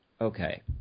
Okay